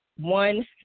one